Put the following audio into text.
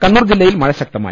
കണ്ണൂർ ജില്ലയിൽ മഴ ശക്ത്മായി